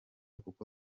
kuko